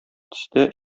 төстә